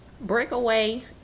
Breakaway